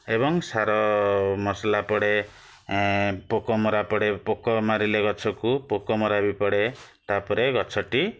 ଏବଂ ସାର ମସଲା ପଡ଼େ ପୋକମରା ପଡ଼େ ପୋକ ମାରିଲେ ଗଛକୁ ପୋକମରା ବି ପଡ଼େ ତା'ପରେ ଗଛଟି